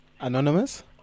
Anonymous